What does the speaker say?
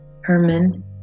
Herman